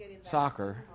soccer